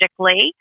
logistically